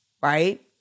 right